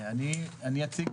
אני אציג.